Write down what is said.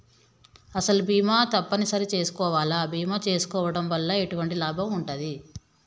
అసలు బీమా తప్పని సరి చేసుకోవాలా? బీమా చేసుకోవడం వల్ల ఎటువంటి లాభం ఉంటది?